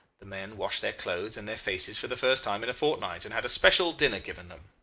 the men washed their clothes and their faces for the first time in a fortnight, and had a special dinner given them.